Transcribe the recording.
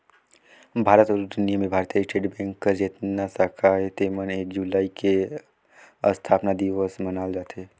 भारत अउ दुनियां में भारतीय स्टेट बेंक कर जेतना साखा अहे तेमन में एक जुलाई के असथापना दिवस मनाल जाथे